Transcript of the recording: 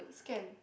can